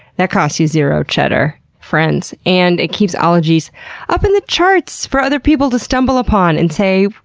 that costs you zero cheddar friends. and it keeps ologies up in the charts for other people to stumble upon and say,